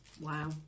Wow